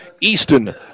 Easton